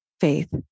faith